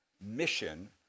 mission